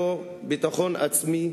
אני רוצה לומר לך שהיה לו ביטחון עצמי מדהים,